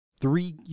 three